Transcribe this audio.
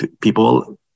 People